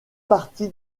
partie